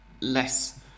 less